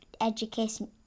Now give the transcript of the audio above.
education